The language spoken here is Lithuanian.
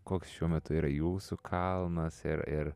koks šiuo metu yra jūsų kalnas ir ir